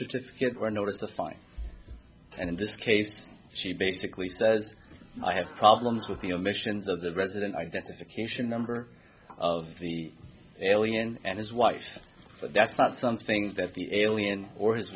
certificate or notice a fine and in this case she basically says i have problems with the admissions of the resident identification number of the alien and his wife but that's not something that the alien or his